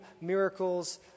miracles